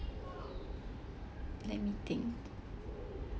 let me think